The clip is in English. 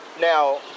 Now